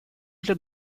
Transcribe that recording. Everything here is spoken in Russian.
для